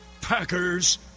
Packers